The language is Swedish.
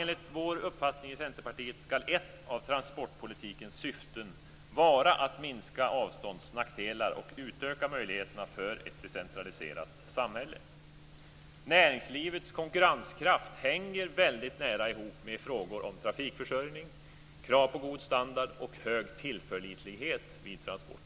Enligt Centerpartiets uppfattning skall ett av transportpolitikens syften vara att minska avståndsnackdelar och utöka möjligheterna för ett decentraliserat samhälle. Näringslivets konkurrenskraft hänger väldigt nära ihop med frågor om trafikförsörjning, krav på god standard och hög tillförlitlighet vid transporter.